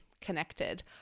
connected